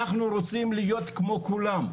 אנחנו רוצים להיות כמו כולם.